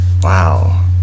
wow